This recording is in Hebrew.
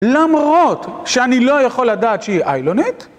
למרות שאני לא יכול לדעת שהיא איילונט?